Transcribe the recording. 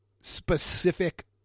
specific